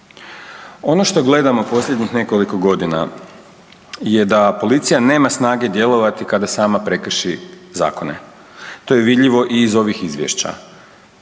Ono što gledamo posljednjih nekoliko godina je da policija nema snage djelovati kada sama prekrši zakon. To je vidljivo i iz ovih izvješća,